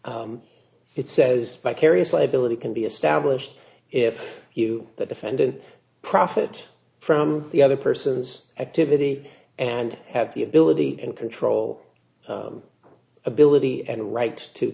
says vicarious liability can be established if you the defendant profit from the other person's activity and have the ability and control ability and right to